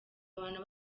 abantu